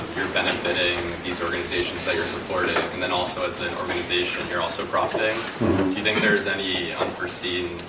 you're benefiting these organizations that you're supporting and then also as an organization you're also profiting. do you think there's any unforeseen,